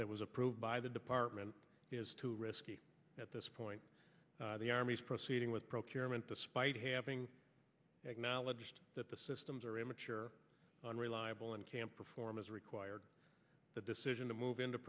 that was approved by the department is too risky at this point the army is proceeding with procurement despite having acknowledged that the systems are immature unreliable and can't perform as required the decision to move into